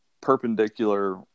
perpendicular